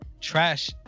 trash